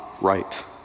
right